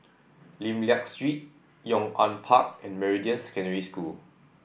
Lim Liak Street Yong An Park and Meridian Secondary School